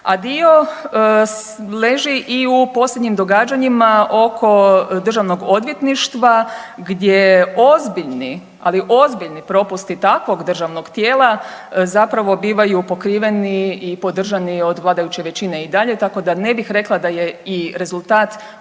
a dio leži i u posljednjim događanjima oko državnog odvjetništva gdje ozbiljni, ali ozbiljni propusti takvog državnog tijela zapravo bivaju pokriveni i podržani od vladajuće većine i dalje, tako da ne bih rekla da je i rezultat